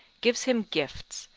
gives him gifts,